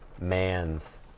man's